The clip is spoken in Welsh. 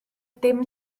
dim